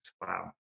Wow